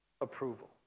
approval